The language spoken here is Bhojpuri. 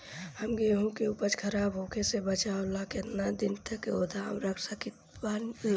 हम गेहूं के उपज खराब होखे से बचाव ला केतना दिन तक गोदाम रख सकी ला?